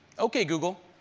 ok google,